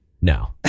no